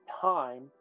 time